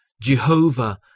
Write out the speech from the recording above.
Jehovah